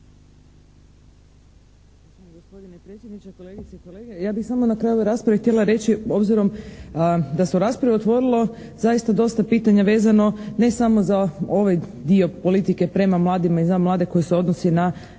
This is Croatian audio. Ja bih samo na kraju rasprave htjela reći obzirom da se u raspravi otvorilo zaista dosta pitanja vezano ne samo za ovaj dio politike prema mladima i za mlade koji se odnosi na